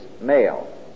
male